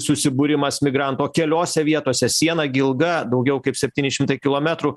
susibūrimas migrantų o keliose vietose siena gi ilga daugiau kaip septyni šimtai kilometrų